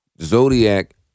zodiac